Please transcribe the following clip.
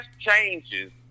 changes